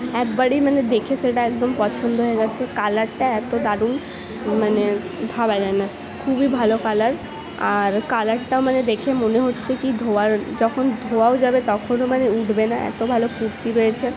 একবারেই মানে দেখে সেটা একদম পছন্দ হয়ে গেছে কালারটা এত দারুণ মানে ভাবা যায় না খুবই ভালো কালার আর কালারটাও মানে দেখে মনে হচ্ছে কি ধোয়ার যখন ধোয়াও যাবে তখনও মানে উঠবে না এত ভালো কুর্তি হয়েছে